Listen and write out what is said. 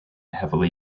heavily